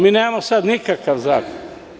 Mi nemamo sada nikakav zakon.